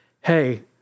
hey